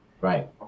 Right